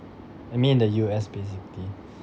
I'm in the U_S basically